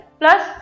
plus